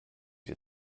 sie